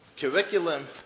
curriculum